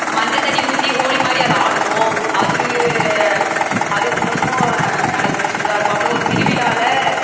மஞ்சத் தண்ணி ஊற்றி ஹோலி மாதிரி அத ஆடுவோம் அது அது இன்னமும் கடைபிடிச்சிட்டு தான் இருக்கோம் அப்புறம் ஒரு திருவிழாவில்